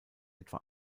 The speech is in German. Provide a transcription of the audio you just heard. etwa